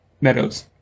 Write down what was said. Meadows